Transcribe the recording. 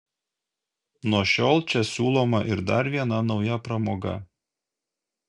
nuo šiol čia siūloma ir dar viena nauja pramoga